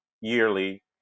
yearly